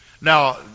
Now